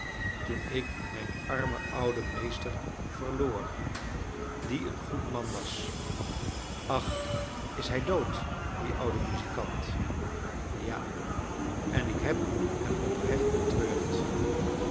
toen ik mijn armen ouden meester verloor die een goed man was ach is hij dood die oude muzikant ja en ik heb hem oprecht betreurd